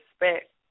respect